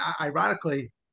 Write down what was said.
ironically